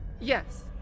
Yes